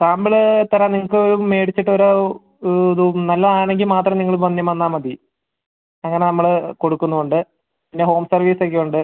sample തരാം നിങ്ങൾക്ക് മേടിച്ചിട്ടൊരു ഇത് നല്ലതാണെങ്കിൽ മാത്രം നിങ്ങൾ പിന്നെ വന്നാൽ മതി അങ്ങനെ നമ്മൾ കൊടുക്കുന്നുമുണ്ട് പിന്നെ ഹോം സർവീസ് ഒക്കെ ഉണ്ട്